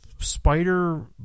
Spider